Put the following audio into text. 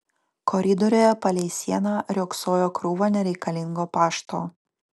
koridoriuje palei sieną riogsojo krūva nereikalingo pašto